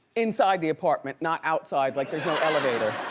inside the apartment, not outside like there's no elevator.